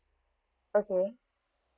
okay